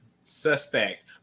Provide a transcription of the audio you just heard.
suspect